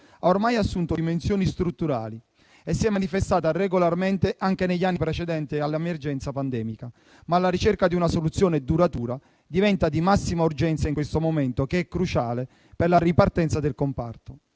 ha ormai assunto dimensioni strutturali e si è manifestata regolarmente anche negli anni precedenti all'emergenza pandemica, ma la ricerca di una soluzione duratura diventa di massima urgenza in questo momento, che è cruciale per la ripartenza del comparto.